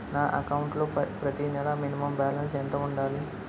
నా అకౌంట్ లో ప్రతి నెల మినిమం బాలన్స్ ఎంత ఉండాలి?